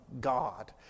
God